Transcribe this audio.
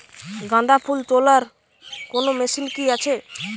গাঁদাফুল তোলার কোন মেশিন কি আছে?